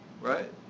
Right